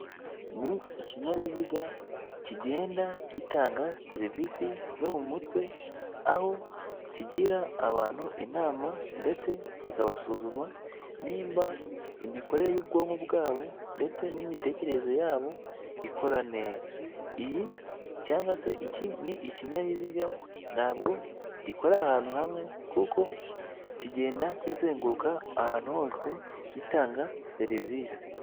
Ni ikinyabiziga kigenda gitanga serivisi zo mu mutwe, aho kigira abantu inama ndetse kikanabasuzuma nimba imikorere y'ubwonko bwabo ndetse n'imitekerereze yabo ikora neza. Iyi cyangwa se iki, ni ikinyabiziga; ntabwo gikora ahantu hamwe, kuko kigenda kizenguruka ahantu hose, gitanga serivisi.